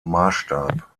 maßstab